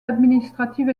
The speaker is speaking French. administrative